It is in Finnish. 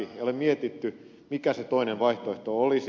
ei ole mietitty mikä se toinen vaihtoehto olisi